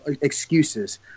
excuses